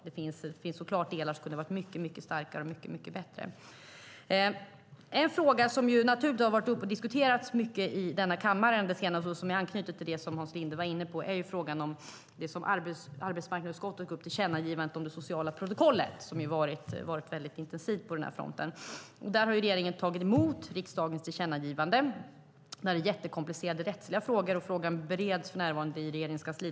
Där finns såklart delar som kunde ha varit mycket starkare och mycket bättre. En fråga som diskuterats mycket i denna kammare under det senaste året, och som anknyter till det som Hans Linde var inne på, är det som arbetsmarknadsutskottet tog upp och gjorde ett tillkännagivande om, nämligen det sociala protokollet. Det har diskuterats intensivt. Där har regeringen tagit emot riksdagens tillkännagivande. Det är mycket komplicerade rättsliga frågor, och ärendet bereds för närvarande i Regeringskansliet.